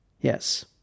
Yes